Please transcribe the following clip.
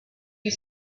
you